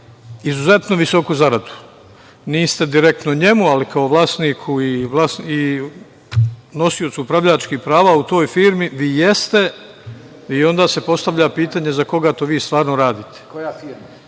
izuzetno visoku zaradu, niste direktno njemu, ali kao vlasniku i nosiocu upravljačkih prava u toj firmi, vi jeste i onda se postavlja pitanje za koga vi to stvarno radite. Ima